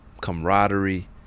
camaraderie